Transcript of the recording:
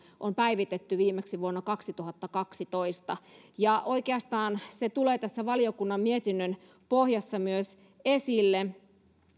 on päivitetty viimeksi vuonna kaksituhattakaksitoista ja oikeastaan se tulee myös tässä valiokunnan mietinnön pohjassa esille